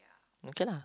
okay lah